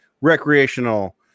recreational